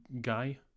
Guy